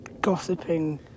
gossiping